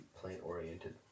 plant-oriented